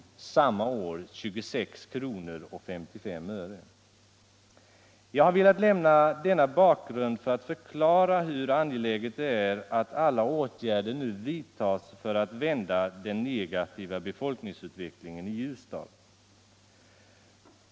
Jag har velat lämna denna bakgrund för att förklara hur angeläget det är att alla åtgärder nu vidtas för att vända den negativa befolkningsutvecklingen i Ljusdal.